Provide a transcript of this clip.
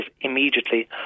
immediately